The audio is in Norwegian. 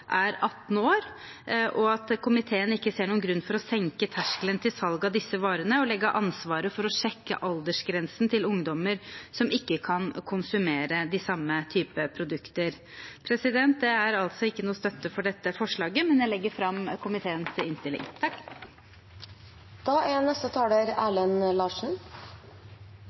salg av disse varene og legge ansvaret for å sjekke aldersgrensen til ungdommer som ikke kan konsumere de samme typer produkter. Det er altså ikke noen støtte for dette forslaget, men jeg legger fram komiteens innstilling. Næringslivet gjør en viktig oppgave når de lar ungdom få prøve seg i arbeidslivet. Det er